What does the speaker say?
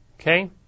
Okay